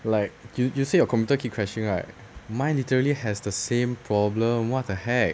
like you you say your computer keep crashing right mine literally has the same problem what the heck